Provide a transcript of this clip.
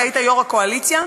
אתה היית יושב-ראש הקואליציה,